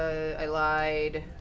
i lied.